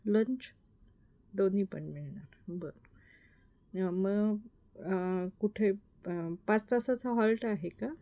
lunch दोन्ही पण मिळणार बरं मग कुठे पाच तासाचा हॉल्ट आहे का